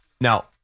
Now